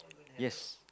ya